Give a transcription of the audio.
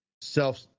self